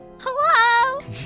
hello